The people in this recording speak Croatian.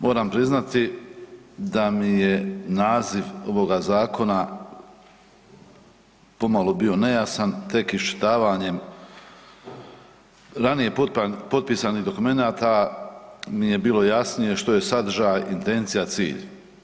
Moram priznati da mi je naziv ovoga Zakona pomalo bio nejasan, tek iščitavanjem ranije potpisanih dokumenata, mi je bilo jasnije što je sadržaj, intencija, cilj.